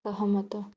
ସହମତ